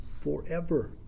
forever